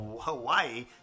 Hawaii